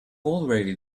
already